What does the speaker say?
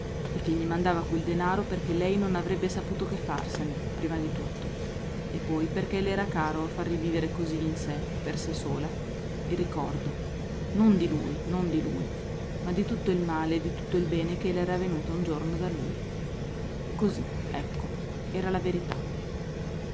e che gli mandava quel denaro perché lei non avrebbe saputo che farsene prima di tutto e poi perché le era caro far rivivere così in sé per sé sola il ricordo non di lui non di lui ma di tutto il male e di tutto il bene che le era venuto un giorno da lui così ecco era la verità